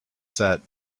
set